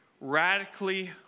radically